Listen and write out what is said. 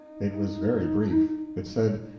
it was very brief. it said,